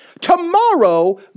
Tomorrow